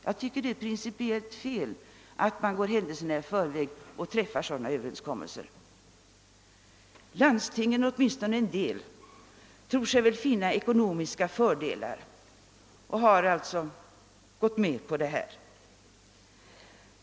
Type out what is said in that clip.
Jag tycker det är principiellt felaktigt att gå händelserna i förväg genom att träffa sådana överenskommelser. Landstingen — åtminstone en del av dem — tror sig väl finna ekonomiska fördelar av överenskommelsen och har därför gått med på den.